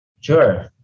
Sure